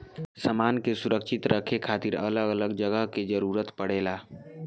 सामान के सुरक्षित रखे खातिर अलग अलग जगह के जरूरत पड़ेला